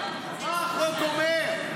מה החוק אומר?